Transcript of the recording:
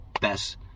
best